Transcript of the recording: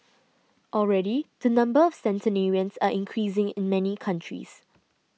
already the number of centenarians are increasing in many countries